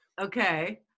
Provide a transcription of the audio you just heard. okay